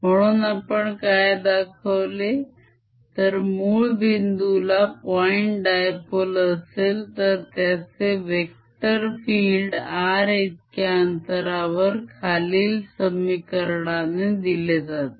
म्हणून आपण काय दाखवले तर मूळ बिंदू ला point dipole असेल तर त्याचे वेक्टर field r इतक्या अंतरावर खालील समीकरणाने दिले जाते